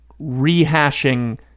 rehashing